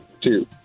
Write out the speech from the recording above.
Two